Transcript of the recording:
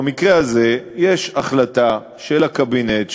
במקרה הזה יש החלטה של הקבינט,